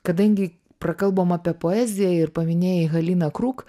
kadangi prakalbom apie poeziją ir paminėjai haliną kruk